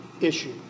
issue